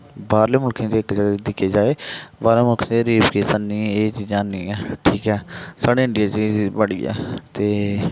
बाह्रले मुल्खें च इक दिक्खेआ जाए बाह्रले मुल्खें रेप केस हैनी एह् चीजां हैनी ऐ ठीक ऐ साढ़े इडियां च एह् चीज बड़ी ऐ ते